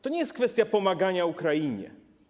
To nie jest kwestia pomagania Ukrainie.